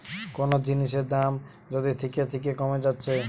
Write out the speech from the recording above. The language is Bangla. কুনো জিনিসের দাম যদি থিকে থিকে কোমে যাচ্ছে